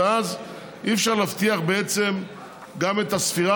ואז אי-אפשר להבטיח בעצם גם את הספירה